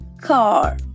car